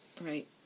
Right